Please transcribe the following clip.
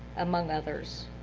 among others.